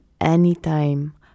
anytime